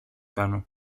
κάνω